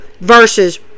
versus